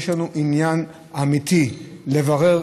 יש לנו עניין אמיתי לברר